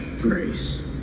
grace